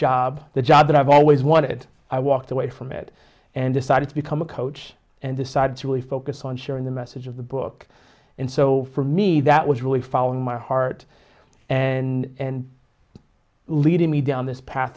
job the job that i've always wanted i walked away from it and decided to become a coach and decided to really focus on sharing the message of the book and so for me that was really following my heart and leading me down this path